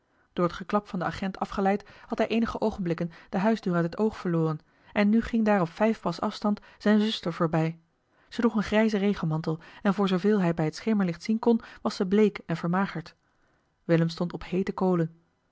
door het geklap van den agent afgeleid had hij eenige oogenblikken de huisdeur uit het oog verloren en nu ging daar op vijf pas afstand zijne zuster voorbij ze droeg een grijzen regenmantel en voorzooveel hij bij het schemerlicht zien kon was ze bleek en vermagerd willem stond op heete kolen